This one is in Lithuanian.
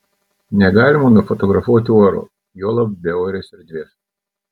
negalima nufotografuoti oro juolab beorės erdvės